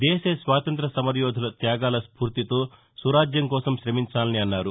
దేశ స్వాతంత్ర్య సమరయోధుల త్యాగాల స్పూర్తితో సురాజ్యం కోసం శమించాలని అన్నారు